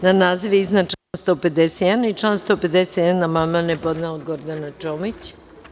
Na naziv iznad člana 151. i član 151. amandman je podnela Gordana Čomić.